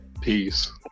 Peace